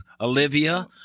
Olivia